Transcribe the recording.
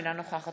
אינה נוכחת